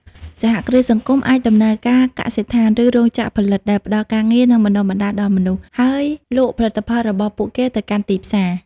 សហគ្រាសសង្គមអាចដំណើរការកសិដ្ឋាន ឬរោងចក្រផលិត ដែលផ្តល់ការងារ និងបណ្តុះបណ្តាលដល់មនុស្ស ហើយលក់ផលិតផលរបស់ពួកគេទៅកាន់ទីផ្សារ។